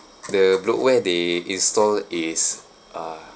the bloatware they install is uh